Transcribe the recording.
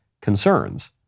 concerns